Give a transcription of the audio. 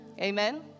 Amen